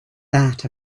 that